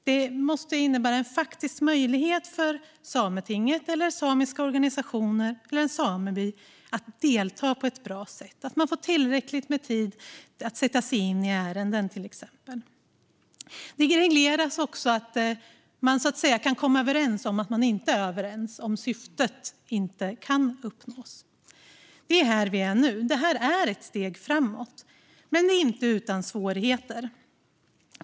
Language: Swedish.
Det måste innebära en faktisk möjlighet för Sametinget, samiska organisationer eller en sameby att delta på ett bra sätt och att man till exempel får tillräckligt med tid att sätta sig in i ärenden. Det regleras också att man så att säga kan komma överens om att man inte är överens om syftet inte kan uppnås. Det är här vi är nu. Detta är ett steg framåt, men inte utan svårigheter.